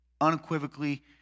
unequivocally